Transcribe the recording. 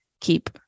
keep